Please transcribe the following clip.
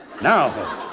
Now